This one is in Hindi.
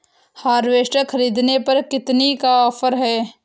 हार्वेस्टर ख़रीदने पर कितनी का ऑफर है?